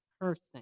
person